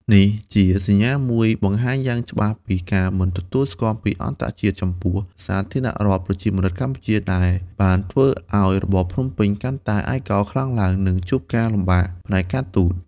នេះជាសញ្ញាមួយបង្ហាញយ៉ាងច្បាស់ពីការមិនទទួលស្គាល់ពីអន្តរជាតិចំពោះ សាធារណរដ្ឋប្រជាមានិតកម្ពុជាដែលបានធ្វើឱ្យរបបភ្នំពេញកាន់តែឯកោខ្លាំងឡើង និងជួបការលំបាកផ្នែកការទូត។